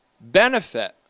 benefit